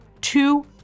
two